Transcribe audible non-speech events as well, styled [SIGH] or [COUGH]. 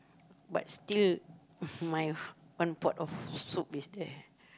but still is my [NOISE] one pot of soup is there